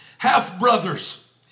half-brothers